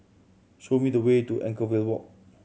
show me the way to Anchorvale Walk